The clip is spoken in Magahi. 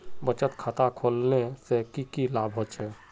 बचत खाता खोलने से की की लाभ होचे?